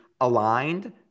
aligned